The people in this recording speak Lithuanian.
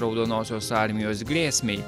raudonosios armijos grėsmei